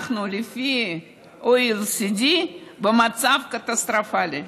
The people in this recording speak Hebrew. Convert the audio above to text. לפי ה-OECD אנחנו במצב קטסטרופלי.